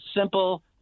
simple